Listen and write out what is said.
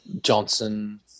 Johnson